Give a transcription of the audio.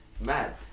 mad